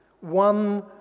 one